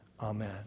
Amen